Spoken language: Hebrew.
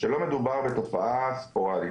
שלא מדובר בתופעה ספורדית,